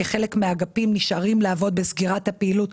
כי חלק מהאגפים נשארים לעבוד בסגירת הפעילות,